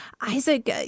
Isaac